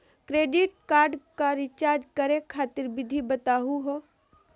Credit card क recharge करै खातिर विधि बताहु हो?